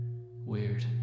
Weird